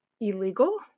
illegal